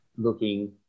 looking